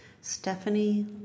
Stephanie